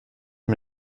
man